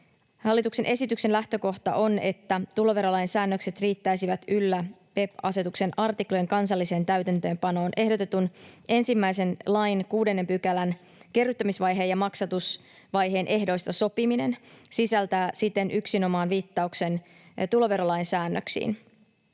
Hallituksen esityksen lähtökohta on, että tuloverolain säännökset riittäisivät yllä PEPP-asetuksen artiklojen kansalliseen täytäntöönpanoon. Ehdotetun ensimmäisen lain 6 §:n kerryttämisvaiheen ja maksatusvaiheen ehdoista sopiminen sisältää siten yksinomaan viittauksen tuloverolain säännöksiin.